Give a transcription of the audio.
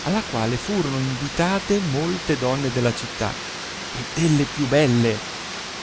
alla quale furono invitate molte donne della città e delle più belle